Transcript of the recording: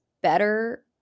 better